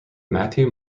matthew